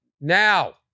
now